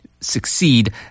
succeed